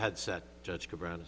headset judge joe brown